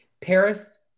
Paris